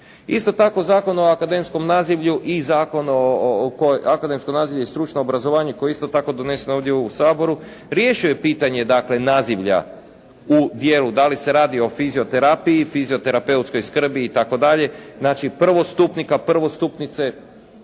Isto tako Zakon o akademskom nazivlju i Zakon o akademskom nazivlju i stručnom obrazovanju koji je isto tako donesen ovdje u Saboru riješio je pitanje dakle nazivlja u dijelu, da li se radi o fizioterapiji, fizioterapeutskoj skrbi i tako dalje. Znači prvostupnika, prvostupnice